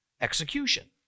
execution